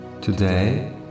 Today